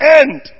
end